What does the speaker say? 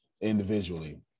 individually